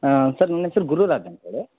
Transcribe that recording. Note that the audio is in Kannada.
ಸರ್ ನನ್ನ ಹೆಸರು ಗುರುರಾಜ್ ಅಂತೇಳಿ